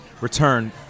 return